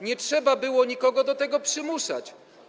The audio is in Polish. Nie trzeba było nikogo do tego przymuszać.